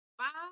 five